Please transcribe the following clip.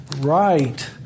right